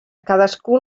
cadascú